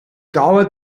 dauer